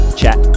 chat